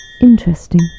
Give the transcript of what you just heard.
interesting